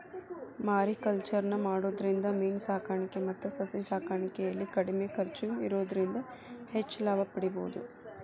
mariculture ನ ಮಾಡೋದ್ರಿಂದ ಮೇನ ಸಾಕಾಣಿಕೆ ಮತ್ತ ಸಸಿ ಸಾಕಾಣಿಕೆಯಲ್ಲಿ ಕಡಿಮೆ ಖರ್ಚ್ ಇರೋದ್ರಿಂದ ಹೆಚ್ಚ್ ಲಾಭ ಪಡೇಬೋದು